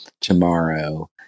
tomorrow